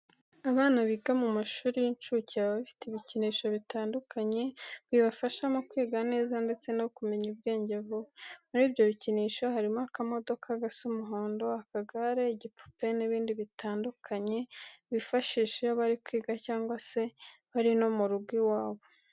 Abana biga mu mashuri y'incuke baba bafite bikinisho bitandukanye bibafasha mu kwiga neza ndetse no kumenya ubwenge vuba. Muri ibyo bikinisho harimo akamodoka gasa umuhondo, akagare, igipupe n'ibindi bitandukanye bifashisha iyo bari kwiga cyangwa se bari no mu rugo iwabo.